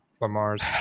Lamar's